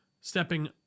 stepping